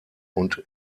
und